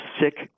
sick